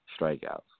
strikeouts